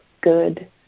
good